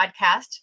podcast